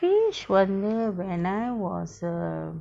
fish வந்து:vanthu when I was a err